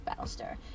Battlestar